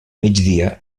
migdia